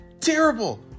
Terrible